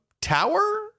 tower